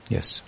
Yes